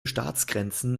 staatsgrenzen